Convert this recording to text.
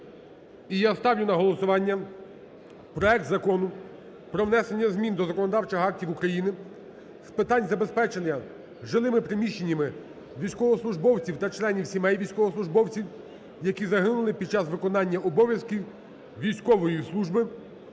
я ставлю на голосування проект Закону про внесення змін до законодавчих актів України з питань забезпечення жилими приміщеннями військовослужбовців та членів сімей військовослужбовців, які загинули під час виконання обов'язків військової служби